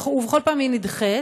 ובכל פעם היא נדחית,